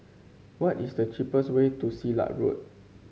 what is the cheapest way to Silat Road